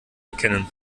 erkennen